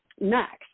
next